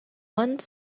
one